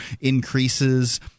increases